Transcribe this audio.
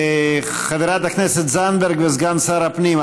חברת הכנסת זנדברג וסגן שר הפנים,